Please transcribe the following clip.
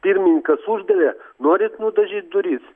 pirmininkas uždavė norit nudažyt duris